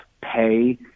pay